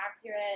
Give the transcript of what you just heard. accurate